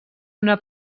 una